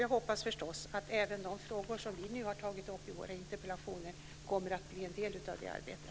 Jag hoppas förstås att även de frågor som vi nu har tagit upp i våra interpellationer kommer att bli en del av det arbetet.